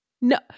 No